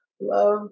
love